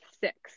six